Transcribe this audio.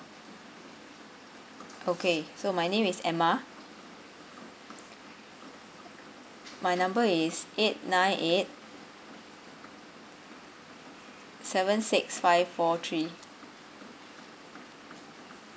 okay so my name is emma my number is eight nine eight seven six five four three